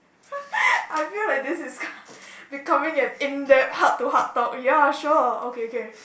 I feel like this is becoming an in depth heart to heart talk ya sure okay K